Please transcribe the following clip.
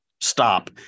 stop